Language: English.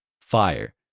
fire